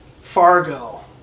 Fargo